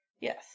Yes